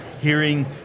hearing